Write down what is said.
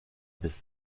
bis